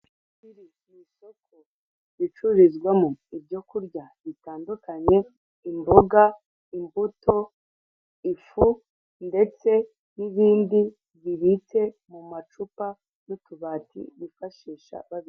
Iri ni isoko ricururizwamo ibyo kurya bitandukanye, imboga, imbuto, ifu, ndetse n'bindi bibitse mu macupa n'utubati bifashisha babika.